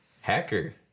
Hacker